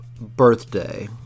birthday